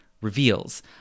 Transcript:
reveals